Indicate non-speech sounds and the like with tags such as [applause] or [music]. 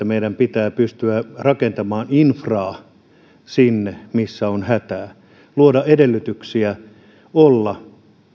[unintelligible] meidän pitää pystyä rakentamaan infraa sinne missä on hätä luoda edellytyksiä olla